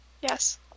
Yes